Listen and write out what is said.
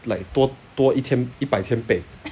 like 多多一千一百千倍